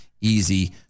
easy